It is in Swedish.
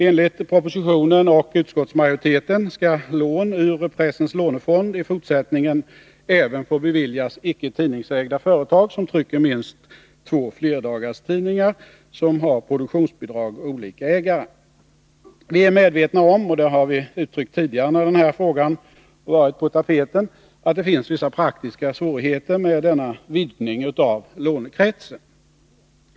Enligt propositionen och utskottsmajoriteten skall lån ur pressens lånefond i fortsättningen även få beviljas icke tidningsägda företag som trycker minst två flerdagarstidningar som har produktionsbidrag och olika ägare. Vi är medvetna om — och det har vi uttryckt tidigare när den här frågan varit på tapeten — att det finns vissa praktiska svårigheter med denna vidgning av lånekretsen.